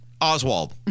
Oswald